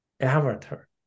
avatar